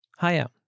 Hiya